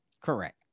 Correct